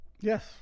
Yes